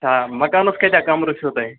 اَچھا مَکانَس کٲتیٛاہ کَمرٕ چھِوٕ تۄہہِ